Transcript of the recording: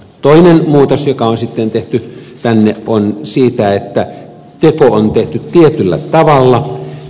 toinen muutos joka on tehty tänne koskee sitä että teko on tehty tietyllä tavalla